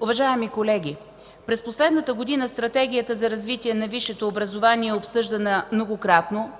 Уважаеми колеги, през последната година Стратегията за развитие на висшето образование е обсъждана многократно